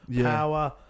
power